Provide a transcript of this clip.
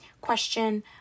question